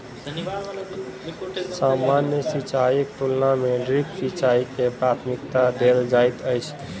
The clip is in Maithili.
सामान्य सिंचाईक तुलना मे ड्रिप सिंचाई के प्राथमिकता देल जाइत अछि